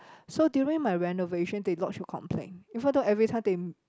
so during my renovation they lodge a complaint even though everytime they